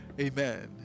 Amen